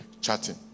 chatting